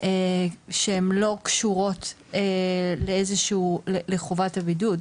שהן לא קשורות לחובת הבידוד.